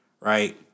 right